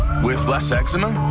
with less eczema.